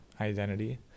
identity